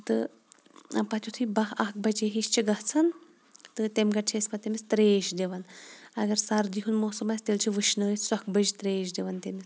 تہٕ پَتہٕ یُتھُے باہ اکھ بجے ہِش چھِ گَژھان تہٕ تمہِ گرِ چھِ أسۍ پَتہٕ تٔمِس ترٛیٚش دِوان اَگَر سَردی ہُنٛد موسَم آسہِ تیٚلہِ چھِ وُشنٲیِتھ سۄکھبٔج ترٛیٚش دِوان تٔمِس